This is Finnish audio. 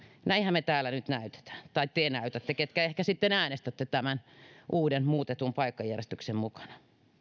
näinhän me täällä nyt näytämme tai näytätte te jotka ehkä sitten äänestätte tämän uuden muutetun paikkajärjestyksen mukaan